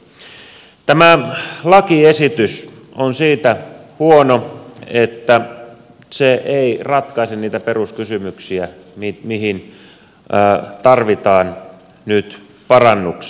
tämä lakiesitys on siitä huono että se ei ratkaise niitä peruskysymyksiä mihin tarvitaan nyt parannuksia